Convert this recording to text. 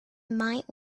might